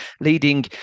leading